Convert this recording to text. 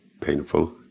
painful